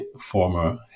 former